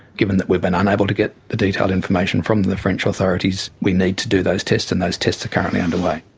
given that we've been unable to get the detailed information from the french authorities, we need to do those tests, and those tests are currently underway.